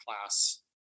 class